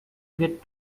get